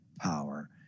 power